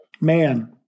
man